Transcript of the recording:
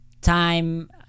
Time